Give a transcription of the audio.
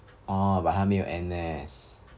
orh but 还没有 N_S